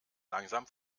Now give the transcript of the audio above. langsam